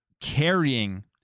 carrying